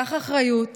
תיקח אחריות